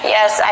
Yes